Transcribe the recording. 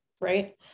right